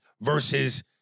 versus